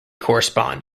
correspond